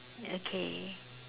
okay